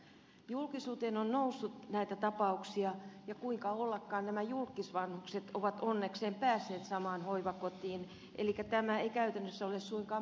julkisuuteen on noussut näitä tapauksia ja kuinka ollakaan nämä julkkisvanhukset ovat onnekseen päässeet samaan hoivakotiin elikkä tämä ei käytännössä ole suinkaan mahdotonta